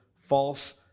false